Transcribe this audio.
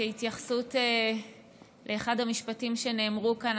כהתייחסות לאחד המשפטים שנאמרו כאן,